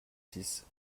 six